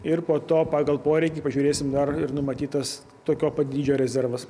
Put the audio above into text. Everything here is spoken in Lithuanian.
ir po to pagal poreikį pažiūrėsim dar ir numatytas tokio pat dydžio rezervas